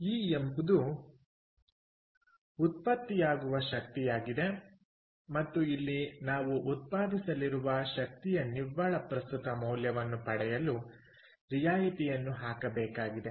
E ಎಂಬುದು ಉತ್ಪತ್ತಿಯಾಗುವ ಶಕ್ತಿಯಾಗಿದೆ ಮತ್ತು ಇಲ್ಲಿ ನಾವು ಉತ್ಪಾದಿಸಲಿರುವ ಶಕ್ತಿಯ ನಿವ್ವಳ ಪ್ರಸ್ತುತ ಮೌಲ್ಯವನ್ನು ಪಡೆಯಲು ರಿಯಾಯಿತಿಯನ್ನು ಹಾಕಬೇಕಾಗಿದೆ